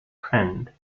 friend